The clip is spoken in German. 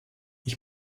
ich